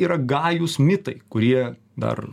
yra gajūs mitai kurie dar